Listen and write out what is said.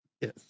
Yes